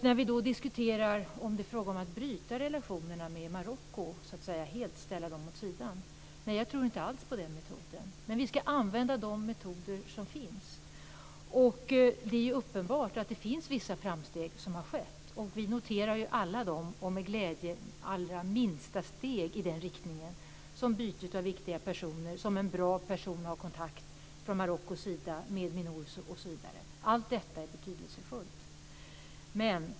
När vi då diskuterar om det är fråga om att bryta relationerna med Marocko och helt ställa dem åt sidan, tror jag inte alls på den metoden. Men vi ska använda de metoder som finns. Det är uppenbart att det har skett vissa framsteg. Vi noterar med glädje alla dem och även de allra minsta steg i den riktningen, som byte av viktiga personer, som en bra person från Marockos sida som har kontakt med Minurso osv. Allt detta är betydelsefullt.